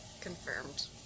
Confirmed